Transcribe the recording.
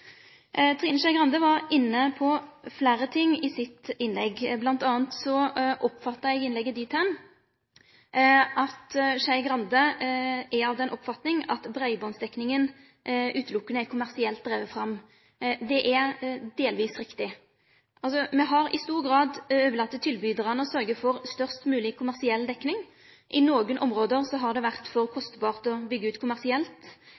Trine Skei Grande var inne på fleire ting i sitt innlegg. Blant anna oppfatta eg innlegget slik at Skei Grande er av den oppfatninga at breibandsdekninga utelukkande er kommersielt driven fram. Det er delvis riktig. Me har i stor grad overlate til tilbydarane å sørge for størst mogleg kommersiell dekning. I nokre område har det vore for kostbart å bygge ut kommersielt,